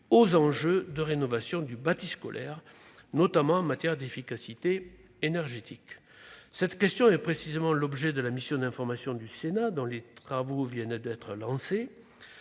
aux enjeux de rénovation du bâti scolaire, notamment en matière d'efficacité énergétique : cette question est précisément l'objet d'une mission d'information du Sénat dont les travaux viennent d'être lancés.